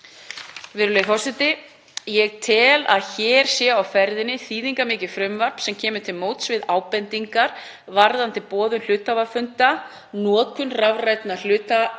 Virðulegi forseti. Ég tel að hér sé á ferðinni þýðingarmikið frumvarp sem kemur til móts við ábendingar varðandi boðun hluthafafunda, notkun rafrænna hluthafafunda,